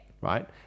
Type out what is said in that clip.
Right